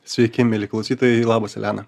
sveiki mieli klausytojai labas elena